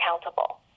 accountable